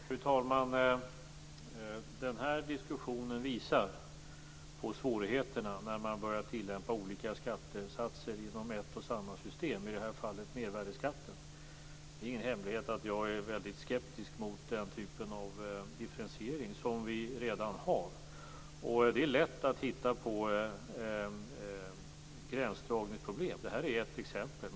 Fru talman! Den här diskussionen visar på svårigheterna när man börjar tillämpa olika skattesatser inom ett och samma system - i det här fallet mervärdesskatten. Det är ingen hemlighet att jag är skeptisk mot den typen av differentiering som vi redan har. Det är lätt att finna gränsdragningsproblem. Detta är ett exempel.